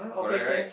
correct right